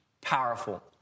powerful